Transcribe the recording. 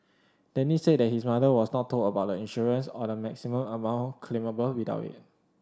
Denny said that his mother was not told about the insurance or the maximum amount claimable without it